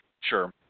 Sure